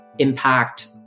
impact